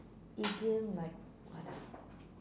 idiom like what ah